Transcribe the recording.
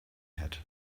hat